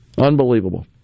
Unbelievable